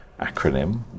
acronym